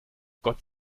gott